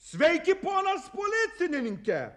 sveiki ponas policininke